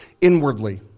inwardly